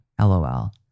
LOL